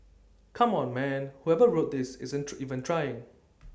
come on man whoever wrote this isn't true even trying